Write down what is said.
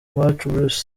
bruce